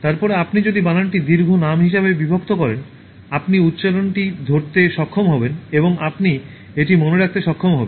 তারপরে আপনি যদি বানানটি দীর্ঘ নাম হিসাবে বিভক্ত করেন আপনি উচ্চারণটি ধরতে সক্ষম হবেন এবং আপনি এটি মনে রাখতে সক্ষম হবেন